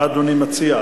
מה אדוני מציע?